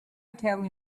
tell